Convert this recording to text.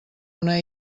una